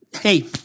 hey